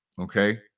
okay